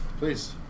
Please